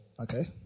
okay